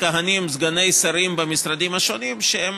מכהנים סגני שרים במשרדים השונים והם